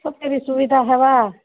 ସତରେ ସୁବିଧା ହେବା